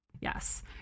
yes